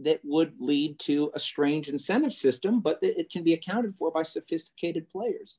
that would lead to a strange incentive system but that it can be accounted for by sophisticated players